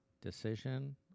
decision